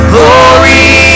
Glory